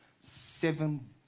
seven